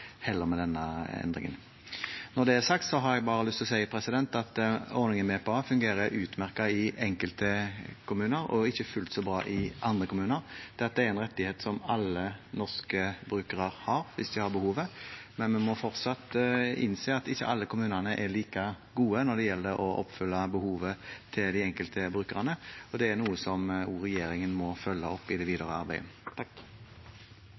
endringen. Når det er sagt, har jeg bare lyst til å si at ordningen med BPA fungerer utmerket i enkelte kommuner og ikke fullt så bra i andre kommuner. Dette er en rettighet som alle norske brukere har hvis de har behovet, men vi må fortsatt innse at ikke alle kommunene er like gode når det gjelder å oppfylle behovet til de enkelte brukerne. Det er noe som også regjeringen må følge opp i det